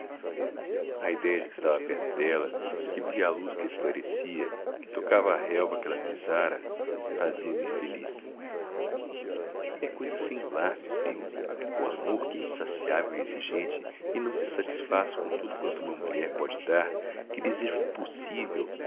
a idéia de que estava perto dela que via a luz que a esclarecia que tocava a relva que ela pisara fazia-me feliz é coisa singular minha prima o amor que é insaciável e exigente e não se satisfaz com tudo quanto uma mulher pode dar que deseja o impossível